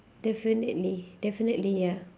definitely definitely ya